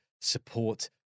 support